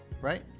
right